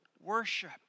worship